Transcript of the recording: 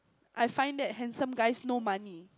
I find that handsome guys no money